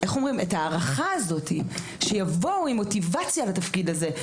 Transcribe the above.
ההערכה הזאת שיבואו עם מוטיבציה לתפקיד הזה,